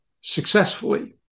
successfully